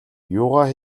юугаа